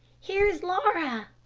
here is laura!